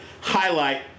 highlight